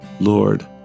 Lord